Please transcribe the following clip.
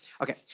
Okay